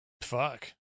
Fuck